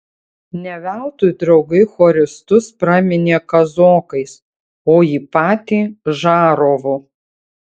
ne veltui draugai choristus praminė kazokais o jį patį žarovu